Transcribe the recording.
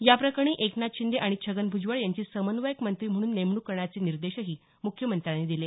या प्रकरणी एकनाथ शिंदे आणि छगन भुजबळ यांची समन्वयक मंत्री म्हणून नेमणूक करण्याचे निर्देशही मुख्यमंत्र्यांनी दिले